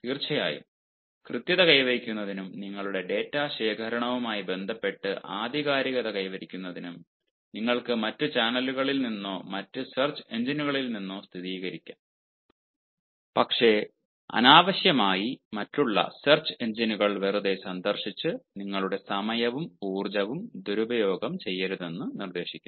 തീർച്ചയായും കൃത്യത കൈവരിക്കുന്നതിനും നിങ്ങളുടെ ഡാറ്റ ശേഖരണവുമായി ബന്ധപ്പെട്ട് ആധികാരികത കൈവരിക്കുന്നതിനും നിങ്ങൾക്ക് മറ്റ് ചാനലുകളിൽ നിന്നോ മറ്റ് സെർച്ച് എഞ്ചിനുകളിൽ നിന്നോ സ്ഥിരീകരിക്കാം പക്ഷേ അനാവശ്യമായി മറ്റുള്ള സെർച്ച് എഞ്ചിനുകൾ വെറുതെ സന്ദർശിച്ച് നിങ്ങളുടെ സമയവും ഊർജ്ജവും ദുരുപയോഗം ചെയ്യരുതെന്ന് നിർദ്ദേശിക്കുന്നു